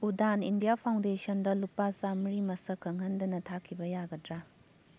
ꯎꯗꯥꯟ India ꯐꯥꯎꯟꯗꯦꯁꯟꯗ ꯂꯨꯄꯥ ꯆꯥꯝꯃ꯭ꯔꯤ ꯃꯁꯛ ꯈꯪꯍꯟꯗꯅ ꯊꯥꯈꯤꯕ ꯌꯥꯒꯗ꯭ꯔꯥ